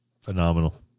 Phenomenal